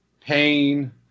Pain